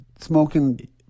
smoking